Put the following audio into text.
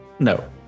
No